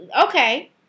okay